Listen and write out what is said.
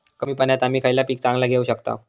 कमी पाण्यात आम्ही खयला पीक चांगला घेव शकताव?